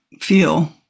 feel